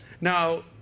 Now